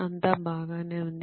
అంతా బాగానే ఉంది